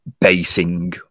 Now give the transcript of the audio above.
basing